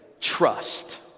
trust